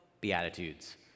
Beatitudes